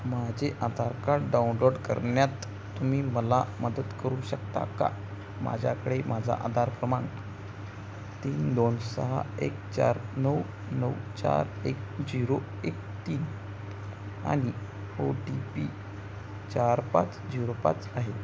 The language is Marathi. माझे आधार कार्ड डाउनलोड करण्यात तुम्ही मला मदत करू शकता का माझ्याकडे माझा आधार क्रमांक तीन दोन सहा एक चार नऊ नऊ चार एक झिरो एक तीन आणि ओ टी पी चार पाच झिरो पाच आहे